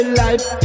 life